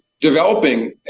developing